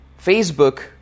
Facebook